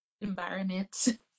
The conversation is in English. environment